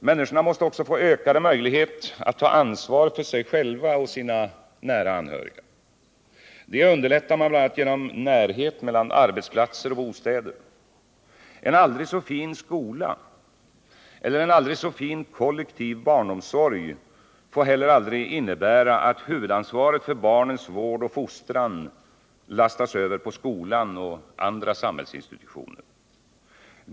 Människorna måste också få ökade möjligheter att ta ansvar för sig själva och sina nära anhöriga. Det underlättar man bl.a. genom närhet mellan arbetsplatser och bostäder. En aldrig så fin skola eller en aldrig så fin kollektiv barnomsorg får heller aldrig innebära att huvudansvaret för barnens vård och fostran lastas över på skolan och andra samhällsinstitutioner.